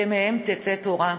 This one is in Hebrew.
שמהם תצא תורה.